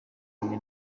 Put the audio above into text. kumwe